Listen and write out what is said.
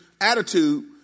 attitude